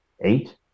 eight